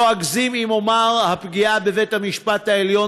לא אגזים אם אומר: הפגיעה בבית-המשפט העליון